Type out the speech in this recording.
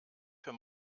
für